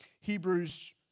Hebrews